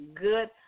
good